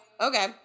Okay